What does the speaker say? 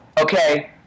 okay